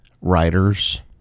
writers